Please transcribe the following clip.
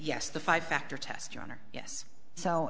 yes the five factor test your honor yes so